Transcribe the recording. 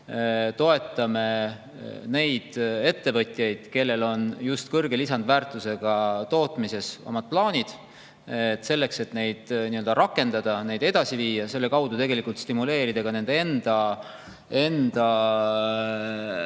toetame ettevõtjaid, kellel on just kõrge lisandväärtusega tootmises oma plaanid, selleks et neid rakendada, neid edasi viia ja selle kaudu tegelikult stimuleerida nende enda